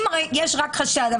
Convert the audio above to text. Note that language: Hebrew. אם יש רק חשד,